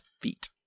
feet